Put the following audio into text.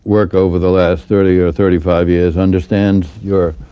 work over the last thirty or thirty five years understands your